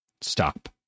stop